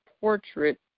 portrait